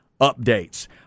updates